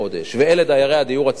ואלה דיירי הדיור הציבורי.